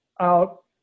out